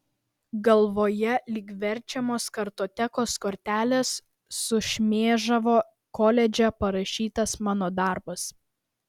galvoje lyg verčiamos kartotekos kortelės sušmėžavo koledže parašytas mano darbas